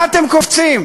מה אתם קופצים?